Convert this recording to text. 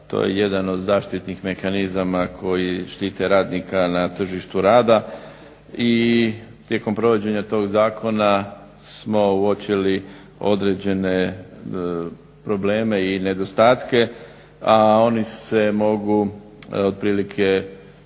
To je jedan od zaštitnih mehanizama koji štiti radnika na tržištu rada i tijekom provođenja tog zakona smo uočili određene probleme i nedostatke, a oni se mogu otprilike grupirati